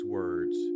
words